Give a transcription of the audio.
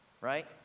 right